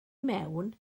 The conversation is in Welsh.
mewn